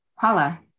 Paula